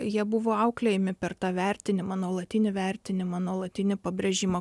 jie buvo auklėjami per tą vertinimą nuolatinį vertinimą nuolatinį pabrėžimą